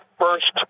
first